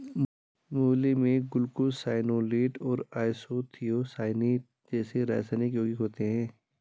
मूली में ग्लूकोसाइनोलेट और आइसोथियोसाइनेट जैसे रासायनिक यौगिक होते है